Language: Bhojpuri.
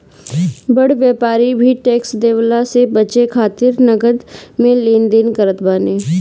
बड़ व्यापारी भी टेक्स देवला से बचे खातिर नगद में लेन देन करत बाने